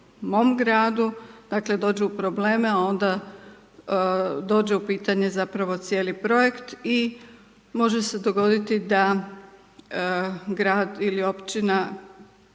mom gradu, dakle dođu u probleme a onda dođe u pitanje zapravo cijeli projekt i može se dogoditi da grad ili općina